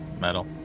metal